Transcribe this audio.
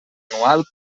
anual